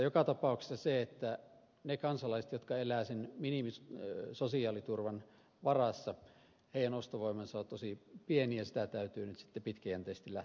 joka tapauksessa niiden kansalaisten jotka elävät sen minimisosiaaliturvan varassa ostovoima on tosi pieni ja sitä täytyy nyt sitten pitkäjänteisesti lähteä nostamaan